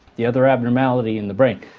the other abnormality in the brain,